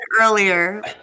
earlier